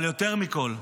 אבל יותר מכול,